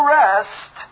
rest